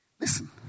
Listen